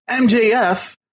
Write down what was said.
MJF